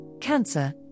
Cancer